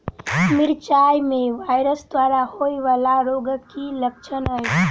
मिरचाई मे वायरस द्वारा होइ वला रोगक की लक्षण अछि?